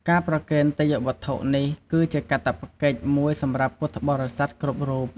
ការប្រគេនទេយ្យវត្ថុនេះ គឺជាកាតព្វកិច្ចមួយសម្រាប់ពុទ្ធបរិស័ទគ្រប់រូប។